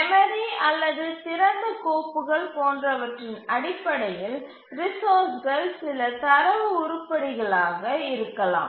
memory அல்லது திறந்த கோப்புகள் போன்றவற்றின் அடிப்படையில் ரிசோர்ஸ்கள் சில தரவு உருப்படிகளாக இருக்கலாம்